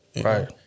Right